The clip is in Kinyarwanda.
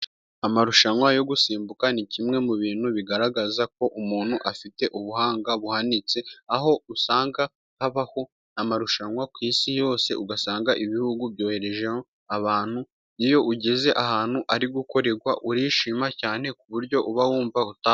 Amarushanwa yo gusimbuka ni kimwe mu bintu bigaragaza ko umuntu afite ubuhanga buhanitse, aho usanga habaho amarushanwa ku isi yose ugasanga ibihugu byoherejeyo abantu. Iyo ugeze ahantu ari, urishima cyane ku buryo uba wumva utagenda.